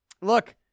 look